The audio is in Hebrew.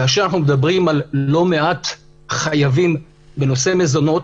כאשר אנחנו מדברים על לא מעט חייבים בנושא מזונות,